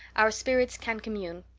our spirits can commune.